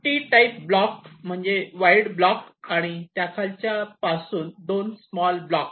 T type ब्टाईम म्हणजे wide block आणि त्याच्या खालच्या पासून दोन स्मॉल ब्लॉक